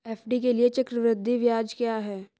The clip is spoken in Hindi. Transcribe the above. एफ.डी के लिए चक्रवृद्धि ब्याज क्या है?